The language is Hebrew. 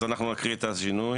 אז אנחנו נקריא את השינוי.